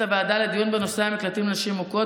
הוועדה לדיון בנושא המקלטים לנשים מוכות.